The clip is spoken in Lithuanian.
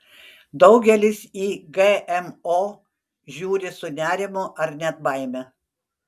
daugelis į gmo žiūri su nerimu ar net baime